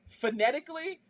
phonetically